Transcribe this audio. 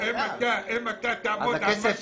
כפי --- אם אתה תעמוד על מה שביקשת,